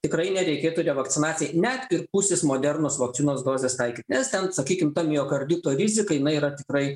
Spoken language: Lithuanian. tikrai nereikėtų revakcinacijai net ir pusės modernos vakcinos dozes taikyt nes ten sakykim ta miokardito rizika jinai yra tikrai